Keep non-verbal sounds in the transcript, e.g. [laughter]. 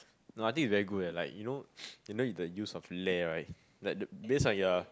no I think is very good eh like you know [noise] you know the use of leh right like the based on your